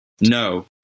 No